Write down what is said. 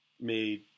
made